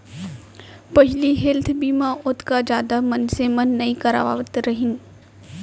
पहिली हेल्थ बीमा ओतका जादा मनसे मन नइ करवात रहिन